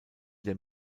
der